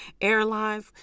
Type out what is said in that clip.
airlines